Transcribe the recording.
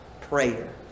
Prayer